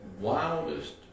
wildest